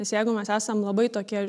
nes jeigu mes esam labai tokie